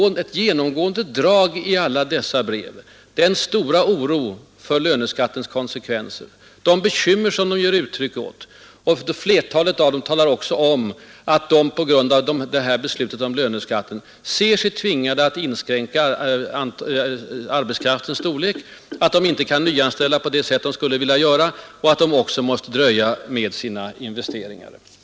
Ett genomgående drag i alla dessa brev är den stora oron för löneskattens konsekvenser. I flertalet av dem talas också om att företagen på grund av beslutet om löneskatten ser sig tvingade att inskränka arbetskraftens storlek, att de inte kan nyanställa på det sätt som de skulle vilja göra och att de också måste dröja med sina investeringar.